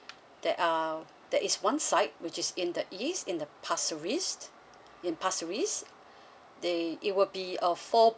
that are that is one side which is in the east in the pasir ris in pasir ris they it will be a four